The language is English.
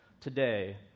today